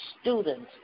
students